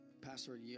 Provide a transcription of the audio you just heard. pastor